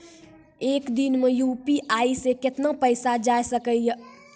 एक दिन मे यु.पी.आई से कितना पैसा जाय सके या?